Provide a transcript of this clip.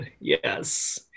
yes